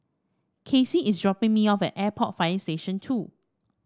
Kacy is dropping me off at Airport Fire Station Two